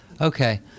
Okay